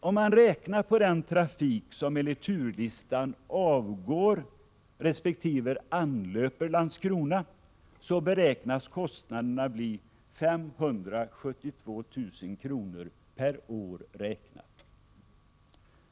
Om man räknar på den trafik som enligt turlistan avgår resp. anlöper Landskrona beräknas kostnaderna bli 572 000 kr. per år.